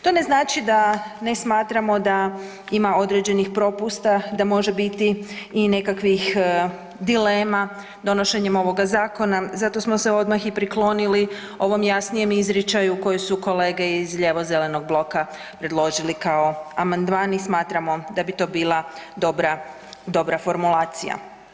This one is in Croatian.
To ne znači da ne smatramo da ima određenih propusta, da može biti i nekakvih dilema donošenjem ovog zakona, zato smo se odmah i priklonili ovom jasnijem izričaju koji su kolege iz lijevo-zelenog bloka predložili kao amandman i smatramo da bi to bila dobra, dobra formulacija.